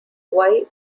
only